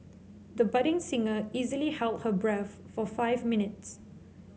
the budding singer easily held her breath for five minutes